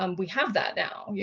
um we have that now, yeah